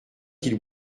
qui